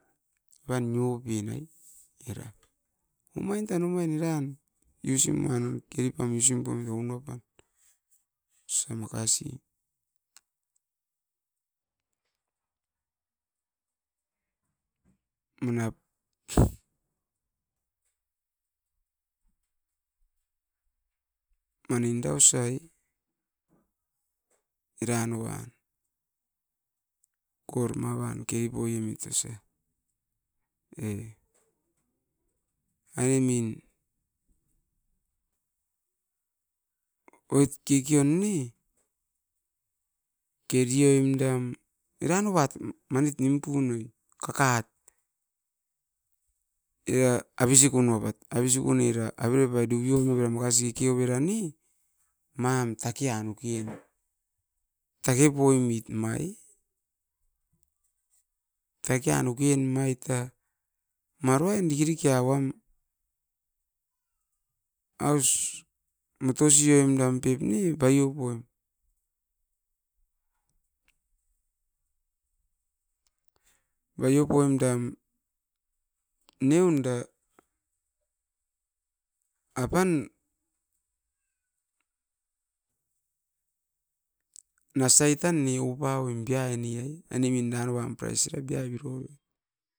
Uruain nio pen era, omain tan omain era keri pum usim poi mit era osa makasi manap main da osa ai, eran noat gold mavat keri poi emit osa e. Aine min oit kekeion ne, kerioim da eran noat manit nim punoi, kakat era avisiko nupat, aviskoera avere aruruvi ora makasi keke overa ne mam takean ukuen ma ai take an uken mai diki diki a aus moto sioim dam babio poim. Babio poim da kaperau ounin. Nasia tan ne ou paoim.